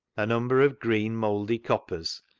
a number of green-mouldy coppers,